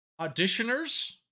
auditioners